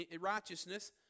righteousness